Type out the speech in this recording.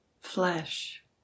flesh